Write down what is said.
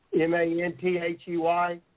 M-A-N-T-H-E-Y